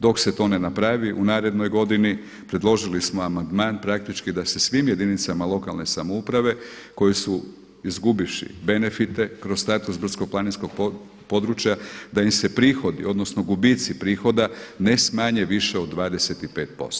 Dok se to ne napravi u narednoj godini predložili smo amandman praktički da se svim jedinicama lokalne samouprave koji su izgubivši benefite kroz status brdsko-planinskog područja da im se prihodi, odnosno gubici prihoda ne smanje više od 25%